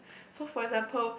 so for example